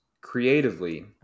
creatively